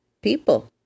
People